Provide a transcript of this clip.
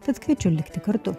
tad kviečiu likti kartu